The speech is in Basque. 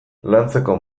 lantzeko